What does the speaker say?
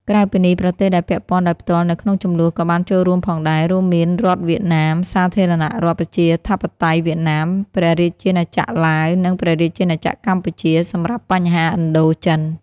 ក្រៅពីនេះ ប្រទេសដែលពាក់ព័ន្ធដោយផ្ទាល់នៅក្នុងជម្លោះក៏បានចូលរួមផងដែរ រួមមាន រដ្ឋវៀតណាម សាធារណរដ្ឋប្រជាធិបតេយ្យវៀតណាម ព្រះរាជាណាចក្រឡាវ និង ព្រះរាជាណាចក្រកម្ពុជា សម្រាប់បញ្ហាឥណ្ឌូចិន។